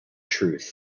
truth